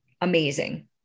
amazing